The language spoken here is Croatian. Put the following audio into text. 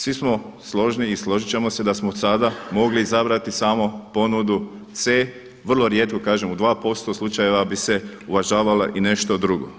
Svi smo složni i složit ćemo se da smo sada mogli izabrati samo ponudu C. Vrlo rijetko kažem u 2% slučajeva bi se uvažavalo i nešto drugo.